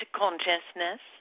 consciousness